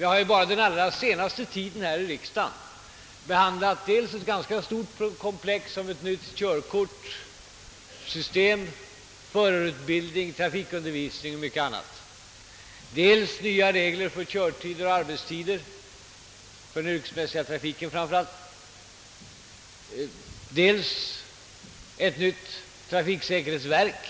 Enbart under den allra senaste tiden har vi här i riksdagen behandlat ett stort frågekomplex: nytt körkortssystem, förarutbildning, trafikundervisning och mycket annat, nya regler för köroch arbetstider i fråga om framför allt den yrkesmässiga trafiken, ett nytt trafiksäkerhetsverk samt